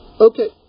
Okay